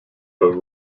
but